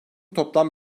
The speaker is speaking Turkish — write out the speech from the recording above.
toplam